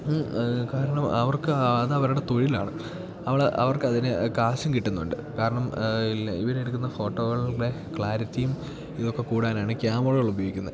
കാരണം അവർക്ക് അത് അവരുടെ തൊഴിലാണ് അവളെ അവർക്കതിന് കാശും കിട്ടുന്നുണ്ട് കാരണം ഇവരെടുക്കുന്ന ഫോട്ടോകളുടെ ക്ലാരിറ്റിയും ഇതൊക്കെ കൂടാനാണ് ക്യാമറകൾ ഉപയോഗിക്കുന്നത്